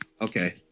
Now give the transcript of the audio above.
Okay